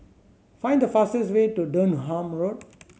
find the fastest way to Durham Road